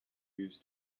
used